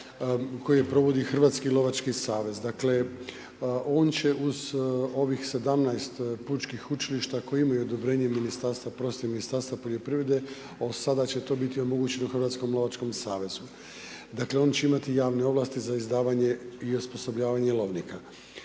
koje provodi Hrvatski lovački savez. Dakle on će uz ovih 17 pučkih učilišta koje imaju odobrenje ministarstva, Ministarstva poljoprivrede a sada će to biti omogućeno Hrvatskom lovačkom savezu. Dakle oni će imati javne ovlasti za izdavanje i osposobljavanje lovnika.